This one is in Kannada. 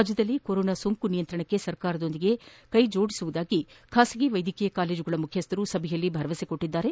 ರಾಜ್ಯದಲ್ಲಿ ಕೊರೋನಾ ಸೋಂಕು ನಿಯಂತ್ರಣಕ್ಕೆ ಸರ್ಕಾರದೊಂದಿಗೆ ಸಹಕರಿಸುವುದಾಗಿ ಖಾಸಗಿ ವೈದ್ಯಕೀಯ ಕಾಲೇಜುಗಳ ಮುಖ್ಯಸ್ಥರು ಸಭೆಯಲ್ಲಿ ಭರವಸೆ ನೀಡಿದ್ದಾರೆ